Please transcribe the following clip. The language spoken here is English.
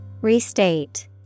Restate